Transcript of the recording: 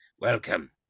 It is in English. Welcome